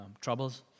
troubles